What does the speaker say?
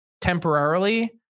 temporarily